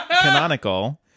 canonical